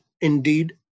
indeed